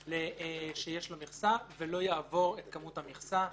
כשיש לו מכסה ולא יעבור את כמות המכסה.